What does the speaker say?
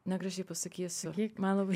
negražiai pasakysiu man labai